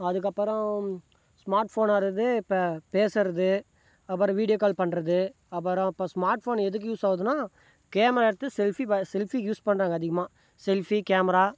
அதுக்கப்புறம் ஸ்மார்ட் ஃபோனானது இப்போ பேசுவது அப்புறம் வீடியோ கால் பண்ணுறது அப்புறம் இப்போ ஸ்மார்ட் ஃபோன் எதுக்கு யூஸ் ஆகுதுனா கேமரா எடுத்து செல்ஃபி ப செல்ஃபிக்கு யூஸ் பண்ணுறாங்க அதிகமாக செல்ஃபி கேமரா